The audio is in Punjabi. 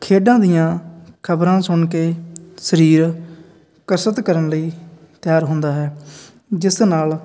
ਖੇਡਾਂ ਦੀਆਂ ਖਬਰਾਂ ਸੁਣ ਕੇ ਸਰੀਰ ਕਸਰਤ ਕਰਨ ਲਈ ਤਿਆਰ ਹੁੰਦਾ ਹੈ ਜਿਸ ਨਾਲ